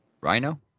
Rhino